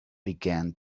began